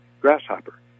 Grasshopper